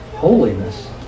Holiness